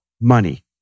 money